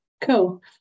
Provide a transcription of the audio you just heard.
cool